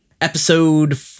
Episode